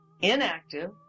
inactive